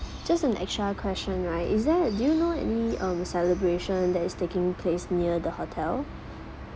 just an extra question right is there do you know any um celebration that is taking place near the hotel